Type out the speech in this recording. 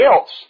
else